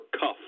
cuff